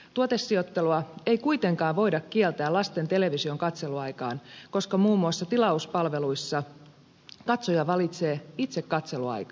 tuotesijoittelua ei kuitenkaan voida kieltää lasten televisionkatseluaikaan koska muun muassa tilauspalveluissa katsoja valitsee itse katseluaikansa